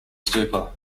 stupa